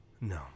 No